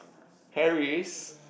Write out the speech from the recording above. Paris